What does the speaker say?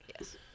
Yes